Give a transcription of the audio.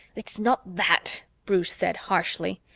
it's not that, bruce said harshly.